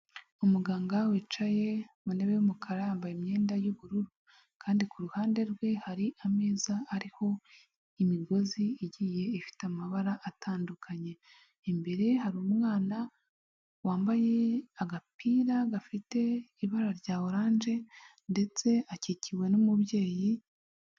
Umuganga wicaye mu ntebe y'umukara yambaye imyenda y'ubururu kandi ku ruhande rwe hari ameza ariko imigozi igiye ifite amabara atandukanye, imbere hari umwana wambaye agapira gafite ibara rya oranje ndetse akikiwe n'umubyeyi.